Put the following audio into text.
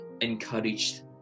Encouraged